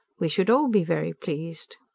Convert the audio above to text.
we should all be very pleased.